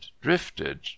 drifted